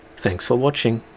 thanks for watching